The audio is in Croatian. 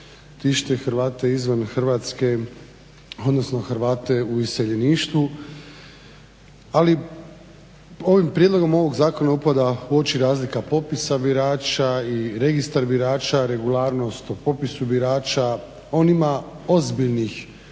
Hrvatske, odnosno Hrvate u iseljeništvu, ali prijedlogom ovog zakona upada u oči razlika popisa birača i registar birača, regularnost u popisu birača. On ima ozbiljnih